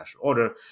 order